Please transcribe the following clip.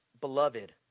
Beloved